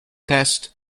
test